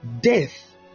Death